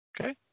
Okay